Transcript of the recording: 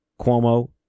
Cuomo